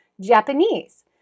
Japanese